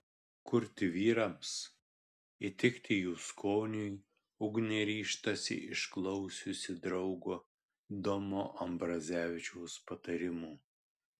kurti vyrams įtikti jų skoniui ugnė ryžtasi išklausiusi draugo domo ambrazevičiaus patarimų